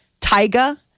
Tyga